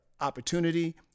opportunity